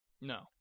No